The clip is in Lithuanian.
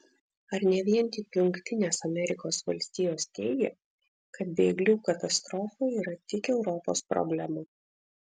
ir ne vien tik jungtinės amerikos valstijos teigia kad bėglių katastrofa yra tik europos problema